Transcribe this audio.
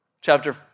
chapter